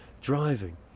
driving